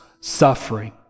suffering